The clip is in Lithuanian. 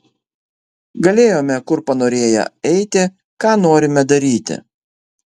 galėjome kur panorėję eiti ką norime daryti